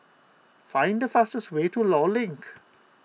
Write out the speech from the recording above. find the fastest way to Law Link